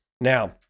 now